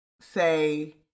say